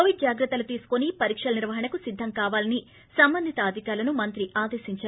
Covid జాగ్రత్తలు తీసుకుని పరీక్షల నిర్వహణకు సిద్గం కావాలని సంబంధిత అధికారులను మంత్రి ఆదేశించారు